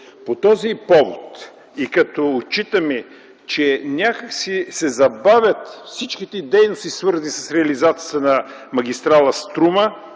По този повод и като отчитаме, че някак си се забавят всички дейности, свързани с реализацията на магистрала „Струма”,